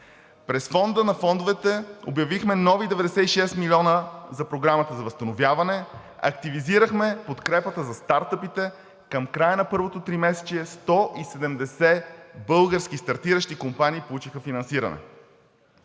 През Фонда на фондовете обявихме нови 96 милиона за Програмата за възстановяване, активизирахме подкрепата за стартъпите, към края на първото тримесечие 170 български стартиращи компании получиха финансиране.